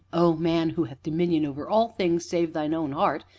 o man who hath dominion over all things save thine own heart,